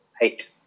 eight